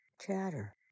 chatter